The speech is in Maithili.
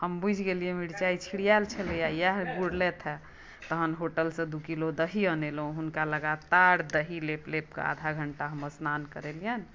हम बुझि गेलियै मिरचाइ छिड़िआयल छलैया इयाह गुड़लथि हँ तहन होटल सँ दू किलो दही अनेलहुँ हुनका लगातार दही लेप लेप कऽ आधा घण्टा हम स्नान करेलियनि